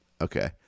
Okay